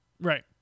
Right